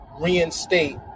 reinstate